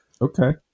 Okay